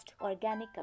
Organic